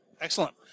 Excellent